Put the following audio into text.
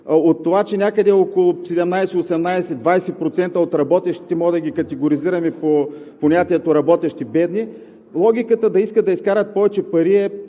на това, че някъде около 17, 18, 20% от работещите можем да ги категоризираме с понятието „работещи бедни“? Логиката да искат да изкарат повече пари е